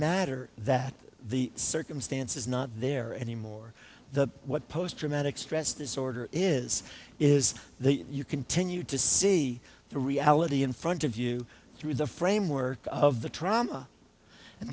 matter that the circumstance is not there anymore the what post traumatic stress disorder is is that you continue to see the reality in front of you through the framework of the trauma and